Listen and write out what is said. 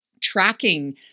tracking